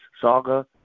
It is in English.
saga